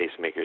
pacemakers